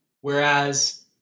whereas